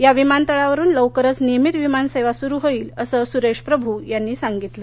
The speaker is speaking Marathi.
या विमानतळावरून लौकरच नियमित विमानसेवा सुरु होईल असं सुरेश प्रभू यांनी सांगितलं